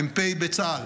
מ"פ בצה"ל,